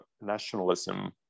nationalism